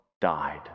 died